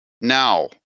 Now